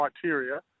criteria